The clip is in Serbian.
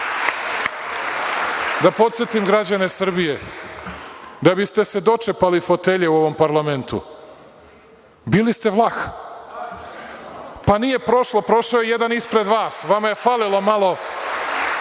podsetim građane Srbije, da biste se dočepali fotelje u ovom parlamentu bili ste Vlah. Pa nije prošlo, prošao je jedan ispred vas. Vama je falilo malo.